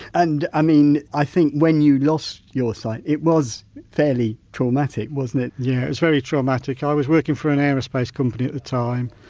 and i mean, i think when you lost your sight it was fairly traumatic wasn't it? albertyeah, yeah it was very traumatic. i was working for an aerospace company at the time,